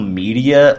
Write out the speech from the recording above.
media